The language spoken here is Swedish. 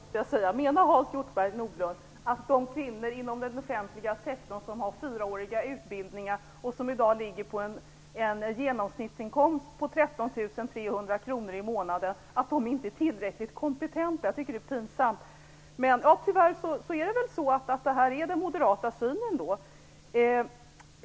Herr talman! Jag tycker att det här är pinsamt, måste jag säga. Menar Hans Hjortzberg-Nordlund att de kvinnor inom den offentliga sektorn som har fyraåriga utbildningar och som i dag har en genomsnittsinkomst på 13 300 kr i månaden inte är tillräckligt kompetenta? Jag tycker det är pinsamt. Tyvärr är väl det här den moderata synen på saken.